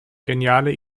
geniale